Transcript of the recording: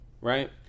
right